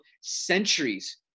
centuries